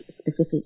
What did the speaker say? specific